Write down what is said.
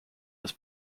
his